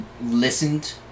listened